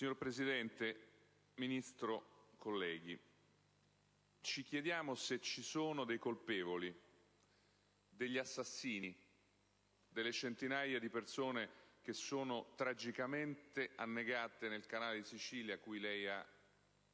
Signor Presidente, signor Ministro, onorevoli colleghi, ci chiediamo se ci sono dei colpevoli, degli assassini delle centinaia di persone che sono tragicamente annegate nel Canale di Sicilia, a cui lei,